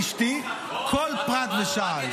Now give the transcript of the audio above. אשתי, כל פרט ושעל.